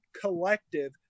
collective